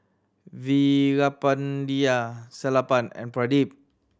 Veerapandiya Sellapan and Pradip